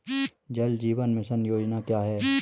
जल जीवन मिशन योजना क्या है?